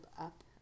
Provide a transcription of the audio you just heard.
up